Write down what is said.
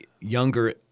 younger